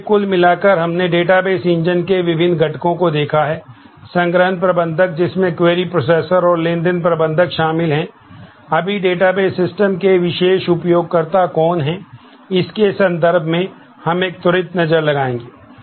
इसलिए कुल मिलाकर हमने डेटाबेस सिस्टम के विशिष्ट उपयोगकर्ता कौन हैं इसके संदर्भ में हम एक त्वरित नज़र लगाएंगे